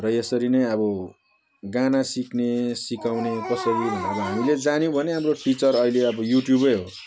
र यसरी नै अब गाना सिक्ने सिकाउने कसरी भन्दा अब हामीले जान्यौँ भने अब टिचर अहिले अब युट्युबै हो